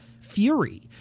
fury